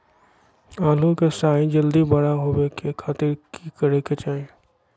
आलू के साइज जल्दी बड़ा होबे के खातिर की करे के चाही?